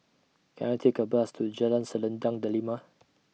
Can I Take A Bus to Jalan Selendang Delima